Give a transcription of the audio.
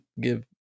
give